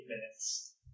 minutes